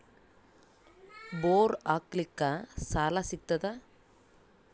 Bore ಹಾಕಲಿಕ್ಕ ಸಾಲ ಸಿಗತದ?